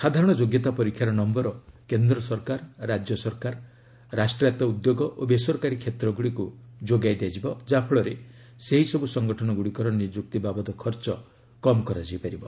ସାଧାରଣ ଯୋଗ୍ୟତା ପରୀକ୍ଷାର ନମ୍ଘର କେନ୍ଦ୍ର ସରକାର ରାଜ୍ୟ ସରକାର ରାଷ୍ଟ୍ରାୟତ ଉଦ୍ୟୋଗ ଓ ବେସରକାରୀ କ୍ଷେତ୍ରଗୁଡ଼ିକୁ ଯୋଗାଇ ଦିଆଯିବ ଯାହାଫଳରେ ସେହିସବୁ ସଂଗଠନଗୁଡ଼ିକର ନିଯୁକ୍ତି ବାବଦ ଖର୍ଚ୍ଚ କମ୍ କରାଯାଇ ପାରିବ